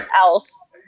else